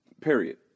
Period